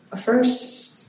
first